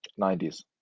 90s